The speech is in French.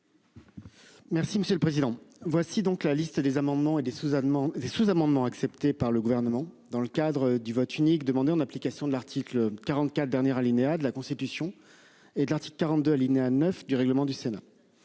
Merci monsieur le président. Voici donc la liste des amendements et des sous-allemand des sous-amendements acceptés par le gouvernement dans le cadre du vote unique en application de l'article 44 dernier alinéa de la Constitution. Et de l'article 42 alinéa 9 du règlement du Sénat.